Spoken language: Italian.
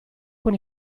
con